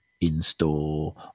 in-store